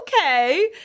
okay